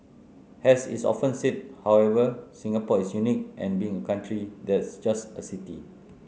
as is often said however Singapore is unique in being a country that's just a city